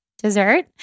dessert